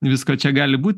visko čia gali būt